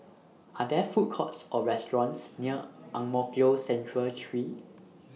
Are There Food Courts Or restaurants near Ang Mo Kio Central three